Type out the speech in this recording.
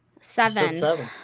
seven